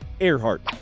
Earhart